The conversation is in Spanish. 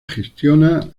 gestiona